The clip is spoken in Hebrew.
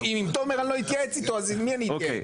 אם עם תומר אני לא אתייעץ אז עם מי אני אתייעץ?